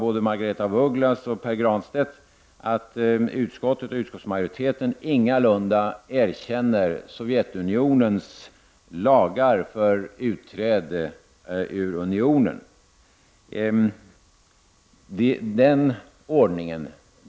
Både Margaretha af Ugglas och Pär Granstedt har redan tydligt strukit under att utskottsmajoriteten ingalunda erkänner Sovjetunionens lagar för utträde ur unionen.